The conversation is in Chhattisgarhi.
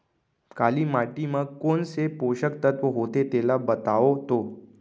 काली माटी म कोन से पोसक तत्व होथे तेला बताओ तो?